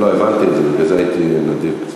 הבנתי את זה, בגלל זה הייתי נדיב קצת.